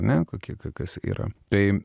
ane kokie ka kas yra taip